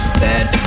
bad